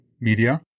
media